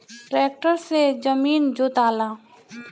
tractor से जमीन जोताला